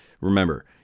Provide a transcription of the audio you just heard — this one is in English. Remember